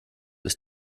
ist